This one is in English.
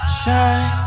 shine